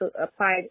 applied